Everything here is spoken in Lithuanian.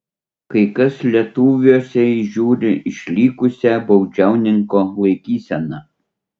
kai kas lietuviuose įžiūri išlikusią baudžiauninko laikyseną